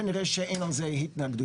כנראה שאין על זה התנגדויות,